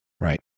Right